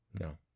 No